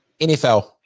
NFL